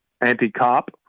anti-cop